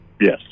yes